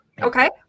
Okay